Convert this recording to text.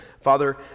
Father